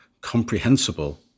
comprehensible